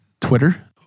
Twitter